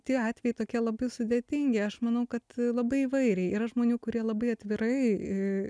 tie atvejai tokie labai sudėtingi aš manau kad labai įvairiai yra žmonių kurie labai atvirai